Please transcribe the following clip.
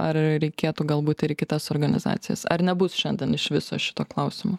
ar reikėtų galbūt ir į kitas organizacijas ar nebus šiandien iš viso šito klausimo